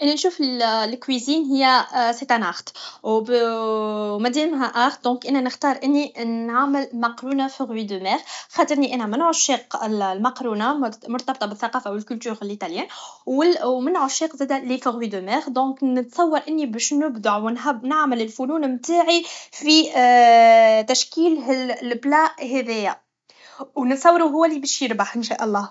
انا نشوف لكويزين هي سي تان اغت ومدامها اغت دونك انا نختار اني نختار اني نعمل مقرونه فخوي د مار خاطرني انا من عشاق المقرونه المرتبطه بالثقافة و الكلتور الايطاليان و من عشاق زاده لي فخوي دو ماغ دونك نتصور اني بش نبدع و نعمل الفنون متاعي في تشكيل هلبلا هذيا و نتصورو هو لي بش يربح ان شاء الله